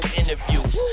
interviews